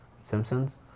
Simpsons